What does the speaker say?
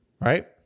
right